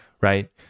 right